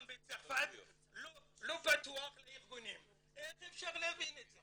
בצרפת לא פתוח לארגונים" איך אפשר להבין את זה?